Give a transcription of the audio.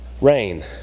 rain